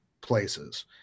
places